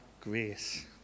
grace